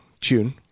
tune